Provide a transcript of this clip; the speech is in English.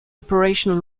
operational